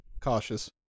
cautious